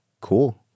cool